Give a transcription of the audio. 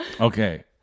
Okay